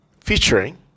featuring